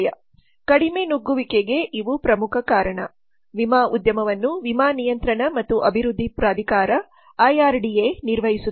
ಕಡಿಮೆ ನುಗ್ಗುವಿಕೆಗೆ ಇವು ಪ್ರಮುಖ ಕಾರಣ ವಿಮಾ ಉದ್ಯಮವನ್ನು ವಿಮಾ ನಿಯಂತ್ರಣ ಮತ್ತು ಅಭಿವೃದ್ಧಿ ಪ್ರಾಧಿಕಾರ ನಿರ್ವಹಿಸುತ್ತದೆ